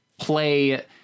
play